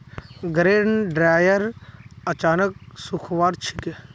grain dryer अनाजक सुखव्वार छिके